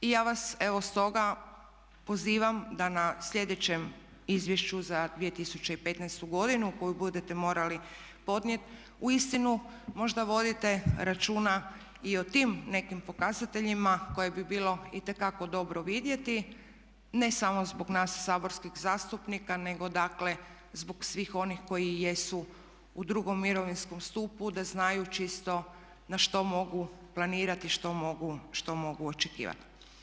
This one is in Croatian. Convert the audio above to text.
I ja vas evo stoga pozivam da na sljedećem izvješću za 2015. koji budete morali podnijeti uistinu možda vodite računa i o tim nekim pokazateljima koje bi bilo itekako dobro vidjeti, ne samo zbog nas saborskih zastupnika nego dakle zbog svih onih koji i jesu u drugom mirovinskom stupu da znaju čisto na što mogu planirati, što mogu očekivati.